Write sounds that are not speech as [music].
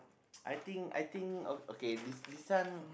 [noise] I think I think okay okay this this one